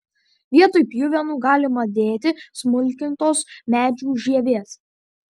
vietoj pjuvenų galima dėti smulkintos medžių žievės